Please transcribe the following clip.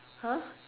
!huh!